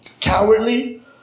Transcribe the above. cowardly